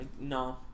no